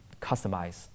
customize